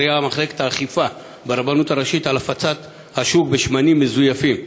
מתריעה מחלקת האכיפה ברבנות הראשית על הצפת השוק בשמנים מזויפים.